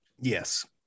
Yes